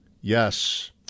Yes